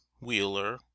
Wheeler